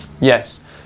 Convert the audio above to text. Yes